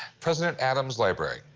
president adams' library.